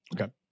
okay